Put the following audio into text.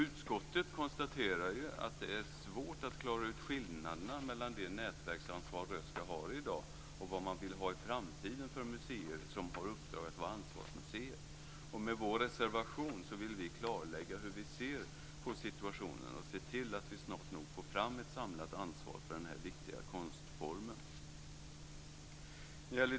Utskottet konstaterar att det är svårt att klara ut skillnaderna mellan det nätverksansvar som Röhsska har i dag och vad man vill ha i framtiden för museer som har uppdrag att vara ansvarsmuseer. Med vår reservation vill vi klarlägga hur vi ser på situationen och se till att vi snart nog får fram ett samlat ansvar för denna viktiga konstform.